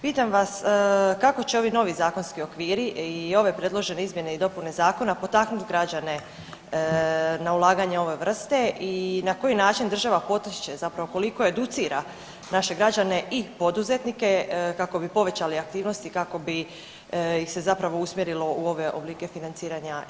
Pitam vas, kako će ovi novi zakonski okviri i ove predložene izmjene i dopune zakona potaknuti građane na ulaganje ove vrste i na koji način država potiče, zapravo koliko educira naše građane i poduzetnike kako bi povećali aktivnosti i kako bi iz se zapravo usmjerilo u ove oblike financiranja i ulaganja.